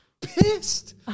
pissed